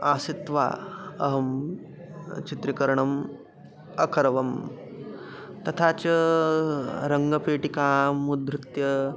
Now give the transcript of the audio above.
आश्रित्वा अहं चित्रीकरणम् अकरवम् तथा च रङ्गपेटिकामुधृत्य